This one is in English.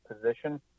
position